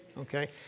okay